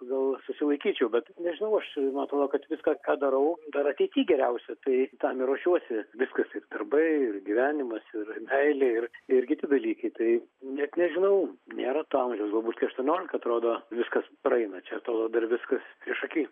gal susilaikyčiau bet nežinau aš man atrodo kad viską ką darau dar ateity geriausia tai tam ruošiuosi viskas ir darbai ir gyvenimas ir meilė ir ir kiti dalykai tai net nežinau nėra to amžiaus galbūt kai aštuoniolika atrodo viskas praeina čia atrodo dar viskas priešaky